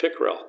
Pickrell